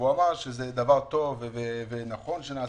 ואמר שזה דבר טוב ונכון שנעשה,